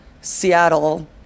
Seattle